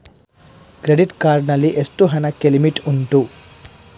Credit card ನಲ್ಲಿ ಎಷ್ಟು ಹಣಕ್ಕೆ ಲಿಮಿಟ್ ಉಂಟು?